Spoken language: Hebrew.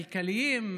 כלכליים,